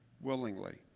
willingly